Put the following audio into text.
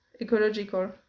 ecological